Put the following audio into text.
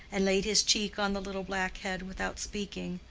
and laid his cheek on the little black head without speaking.